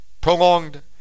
prolonged